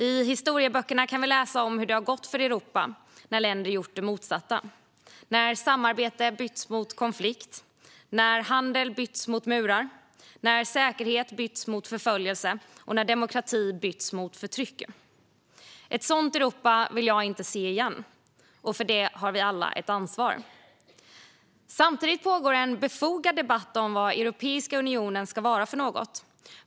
I historieböckerna kan vi läsa om hur det har gått för Europa när länder har gjort det motsatta - när samarbete bytts mot konflikt, när handel bytts mot murar, när säkerhet bytts mot förföljelse och när demokrati bytts mot förtryck. Ett sådant Europa vill jag inte se igen, och för det har vi alla ett ansvar. Samtidigt pågår en befogad debatt om vad Europeiska unionen ska vara för något.